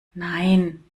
nein